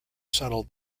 settle